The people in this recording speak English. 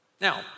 Now